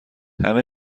همه